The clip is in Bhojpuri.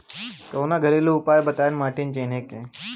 कवनो घरेलू उपाय बताया माटी चिन्हे के?